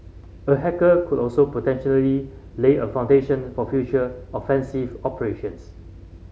a hacker could also lay a foundation for future offensive operations